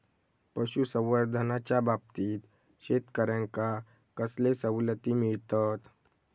पशुसंवर्धनाच्याबाबतीत शेतकऱ्यांका कसले सवलती मिळतत?